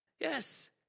Yes